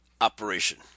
operation